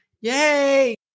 Yay